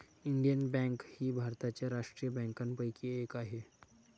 Indian bank ही भारताच्या राष्ट्रीय बँकांपैकी एक आहे